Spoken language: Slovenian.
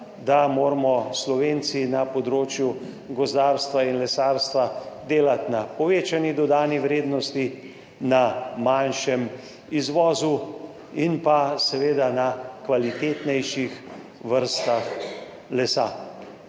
da moramo Slovenci na področju gozdarstva in lesarstva delati na povečani dodani vrednosti, na manjšem izvozu in pa seveda na kvalitetnejših vrstah lesa.